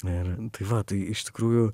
ir tai va tai iš tikrųjų